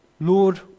Lord